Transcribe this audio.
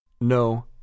No